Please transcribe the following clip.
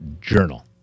Journal